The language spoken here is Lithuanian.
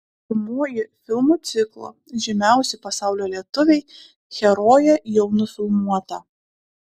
pirmoji filmų ciklo žymiausi pasaulio lietuviai herojė jau nufilmuota